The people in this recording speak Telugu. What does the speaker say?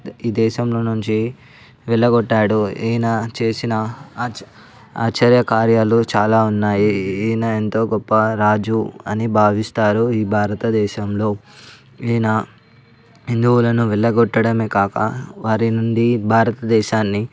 ఈ దేశంలో నుంచి వెళ్ళగొట్టాడు ఈయన చేసిన ఆశ్చర్య కార్యాలు చాలా ఉన్నాయి ఈయన ఎంతో గొప్ప రాజు అని భావిస్తారు ఈ భారత దేశంలో ఈయన హిందువులను వెళ్ళగొట్టడమే కాక వారి నుండి భారత దేశాన్ని